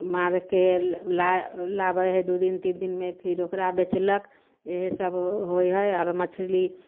मारिके लाबै हइ दू दिन तीन दिनमे फिर ओकरा बेचलक इएह सब होइ हइ आओर मछली